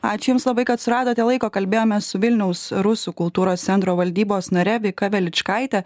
ačiū jums labai kad suradote laiko kalbėjomės su vilniaus rusų kultūros centro valdybos nare vika veličkaite